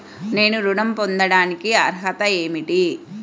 నేను ఋణం పొందటానికి అర్హత ఏమిటి?